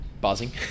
buzzing